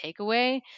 takeaway